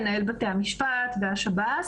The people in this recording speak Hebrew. מנהל בתי המשפט והשב"ס.